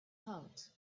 heart